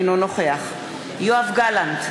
אינו נוכח יואב גלנט,